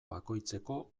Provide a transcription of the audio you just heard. bakoitzeko